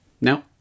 Now